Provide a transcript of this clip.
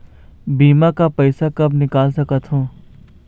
बीमा का पैसा कब निकाल सकत हो?